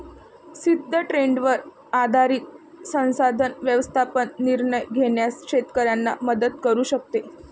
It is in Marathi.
सिद्ध ट्रेंडवर आधारित संसाधन व्यवस्थापन निर्णय घेण्यास शेतकऱ्यांना मदत करू शकते